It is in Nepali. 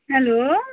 हेलो